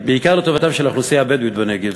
בעיקר לטובתה של האוכלוסייה הבדואית בנגב.